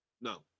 no